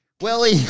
Willie